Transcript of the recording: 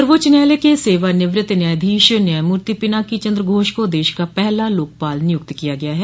सर्वोच्च न्यायालय के सेवानिवृत्त न्यायाधीश न्यायमूर्ति पिनाकी चंद्र घोष को देश का पहला लोकपाल नियुक्त किया गया है